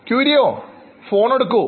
Curio phone എടുക്കു